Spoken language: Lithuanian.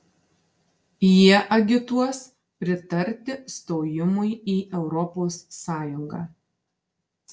jie agituos pritarti stojimui į europos sąjungą